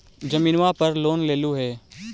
जमीनवा पर लोन लेलहु हे?